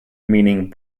meaning